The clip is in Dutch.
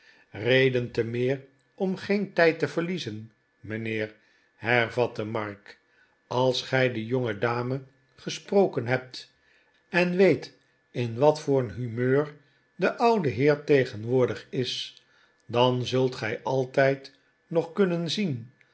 reden te meer om geen tijd te verliezen mijnheer heryatte mark als gij de jongedame gesproken hebt en weet in wat voor humeur de oude heer tegenwoordig is dan zult gij altijd nog kunnen zien